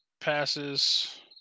passes